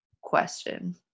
question